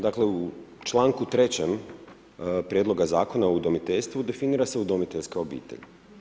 Dakle, u čl. 3. Prijedloga Zakona o udomiteljstvu definira se udomiteljska obitelj.